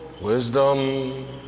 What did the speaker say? Wisdom